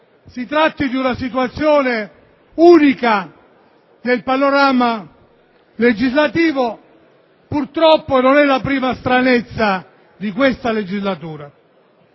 si tratti di una situazione unica nel panorama legislativo. Purtroppo, non è la prima stranezza di questa legislatura.